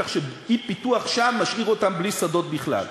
כך שאי-פיתוח שם משאיר אותם בלי שדות בכלל.